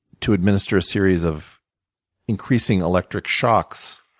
to administer a series of increasing electric shocks.